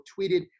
tweeted